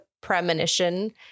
premonition